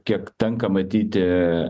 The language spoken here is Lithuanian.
kiek tenka matyti